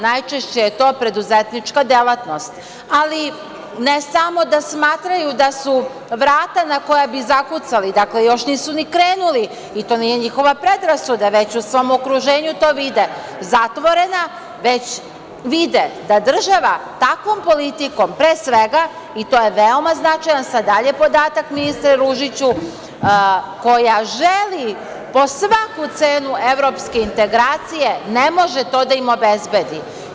Najčešće je to preduzetnička delatnost, ali ne samo da smatraju da su vrata na koja bi zakucali, dakle, još nisu ni krenuli i to nije njihova predrasuda, već to u svom okruženju vide, zatvorena, već vide da država takvom politikom, pre svega, i to je veoma značajan sad dalje podatak, ministre Ružiću, koja želi po svaku cenu evropske integracije, ne može to da im obezbedi.